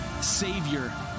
Savior